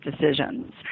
decisions